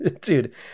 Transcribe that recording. dude